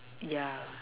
yeah